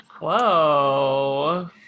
whoa